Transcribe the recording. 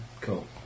Cool